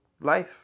life